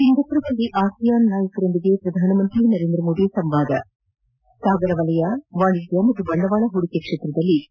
ಸಿಂಗಾಪುರ್ನಲ್ಲಿ ASEAN ನಾಯಕರೊಂದಿಗೆ ಪ್ರಧಾನಮಂತ್ರಿ ನರೇಂದ್ರಮೋದಿ ಸಂವಾದ ಸಾಗರ ವಲಯ ವಾಣಿಜ್ಯ ಮತ್ತು ಬಂಡವಾಳ ಹೂಡಿಕೆಯಲ್ಲಿ ಅಗತ್ಯ ಸಹಕಾರದ ಭರವಸೆ